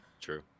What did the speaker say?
True